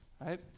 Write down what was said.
Right